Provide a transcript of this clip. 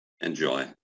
Enjoy